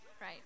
right